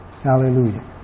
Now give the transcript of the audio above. Hallelujah